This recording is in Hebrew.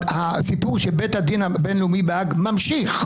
הסיפור של בית הדין הבין לאומי בהאג ממשיך.